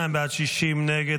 52 בעד, 60 נגד.